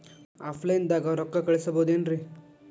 Offline ದಾಗ ರೊಕ್ಕ ಕಳಸಬಹುದೇನ್ರಿ?